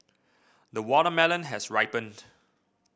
the watermelon has ripened